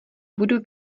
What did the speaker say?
budu